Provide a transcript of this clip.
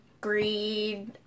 greed